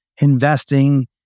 investing